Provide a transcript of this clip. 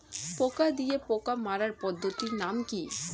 পোকা দিয়ে পোকা মারার পদ্ধতির নাম কি?